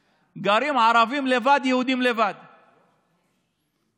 הרס אחדותו של עם ישראל,